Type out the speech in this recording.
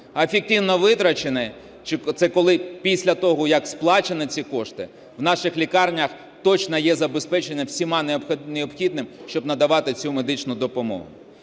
А ефективно витрачені – це коли після того, як сплачені ці кошти, в наших лікарнях точно є забезпечення всім необхідним, щоб надавати цю медичну допомогу.